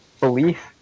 belief